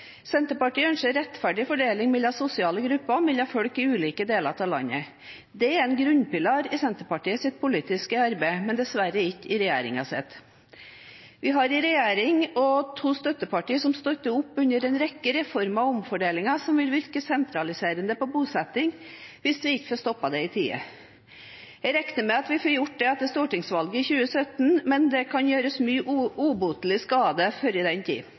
Senterpartiet ønsker rettferdig fordeling mellom sosiale grupper og mellom folk i ulike deler av landet. Dette er en grunnpilar i Senterpartiets politiske arbeid, men dessverre ikke i regjeringens. Vi har en regjering og to støttepartier som støtter opp om en rekke reformer og omfordelinger som vil virke sentraliserende på bosetting hvis vi ikke får stoppet det i tide. Jeg regner med at vi får gjort det etter stortingsvalget i 2017, men det kan gjøres mye ubotelig skade før den tid.